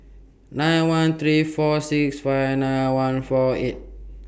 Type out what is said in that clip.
nine one three four six five nine one four eight